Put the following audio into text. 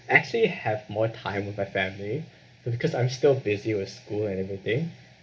actually have more time with my family because I'm still busy with school and everything